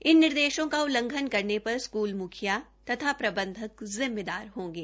इन निर्देशों का उल्लंघन करने पर स्कूल मुखिया तथा प्रबंधक जिम्मेवार होंगे